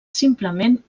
simplement